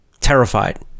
terrified